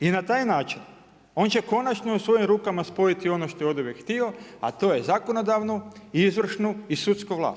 I na taj način on će konačno u svojim rukama spojiti ono što je oduvijek htio, a to je zakonodavnu, izvršnu i sudsku vlast.